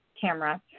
camera